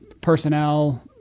personnel